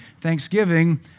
Thanksgiving